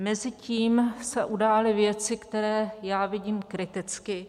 Mezitím se udály věci, které já vidím kriticky.